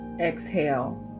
Exhale